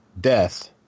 death